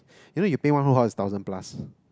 you know you paint one whole house is thousand plus